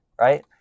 right